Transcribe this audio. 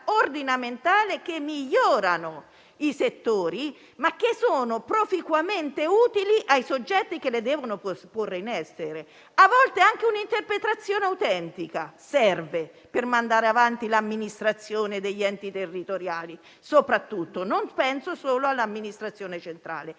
ordinamentale, che migliorano i settori e che sono proficuamente utili ai soggetti che li devono porre in essere. A volte, anche un'interpretazione autentica serve per mandare avanti soprattutto l'amministrazione degli enti territoriali (non penso solo all'amministrazione centrale).